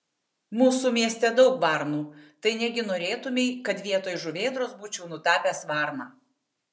mūsų mieste daug varnų tai negi norėtumei kad vietoj žuvėdros būčiau nutapęs varną